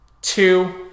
Two